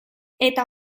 eta